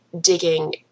digging